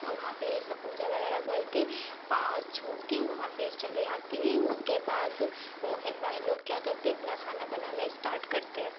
और वहाँ पर ये सब पूजा वगैरह करके पाँव छू के वहाँ फिर चले आती हैं उसके बाद वो हलवाई लोग क्या करते हैं अपना खाना बनाना स्टार्ट करते हैं